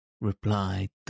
replied